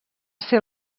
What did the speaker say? ser